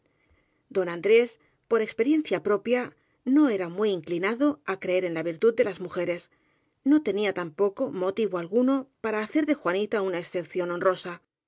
don andrés por experiencia propia no era muy inclinado á creer en la virtud de las mujeres no tenía tampoco motivo alguno para hacer de juani ta una excepción honrosa